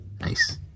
Nice